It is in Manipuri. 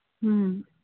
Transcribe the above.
ꯎꯝ